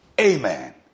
Amen